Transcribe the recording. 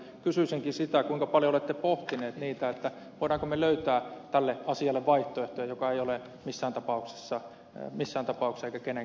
kysyisinkin sitä kuinka paljon olette pohtineet sitä voimmeko me löytää vaihtoehtoja tälle asialle joka ei ole missään tapauksessa eikä kenenkään mielestä miellyttävä